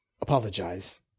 apologize